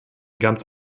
ganz